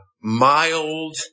mild